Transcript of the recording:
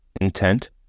intent